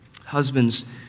Husbands